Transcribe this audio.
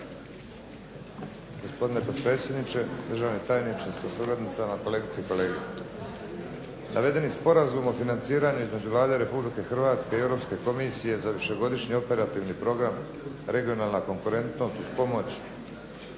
Gospodine potpredsjedniče, državni tajniče sa suradnicama, kolegice i kolege. Navedeni sporazum o financiranju između Vlade Republike Hrvatske i Europske Komisije za višegodišnji operativni program regionalna konkurentnost uz pomoć